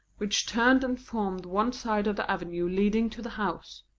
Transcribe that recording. which turned and formed one side of the avenue leading to the house.